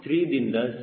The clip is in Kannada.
3 ದಿಂದ 0